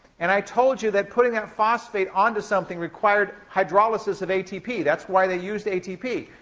and i told you that putting a phosphate onto something required hydrolysis of atp. that's why they used atp.